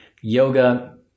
yoga